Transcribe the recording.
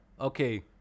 Okay